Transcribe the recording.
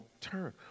turn